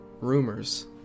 rumors